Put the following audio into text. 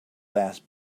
last